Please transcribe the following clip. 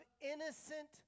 innocent